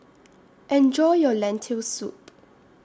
Enjoy your Lentil Soup